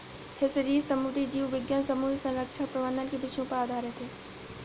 fisheries समुद्री जीव विज्ञान समुद्री संरक्षण प्रबंधन के विषयों पर आधारित है